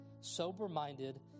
Sober-minded